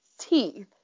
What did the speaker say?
teeth